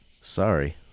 Sorry